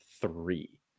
three